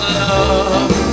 love